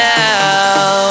now